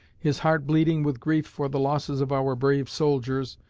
his heart bleeding with grief for the losses of our brave soldiers,